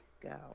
go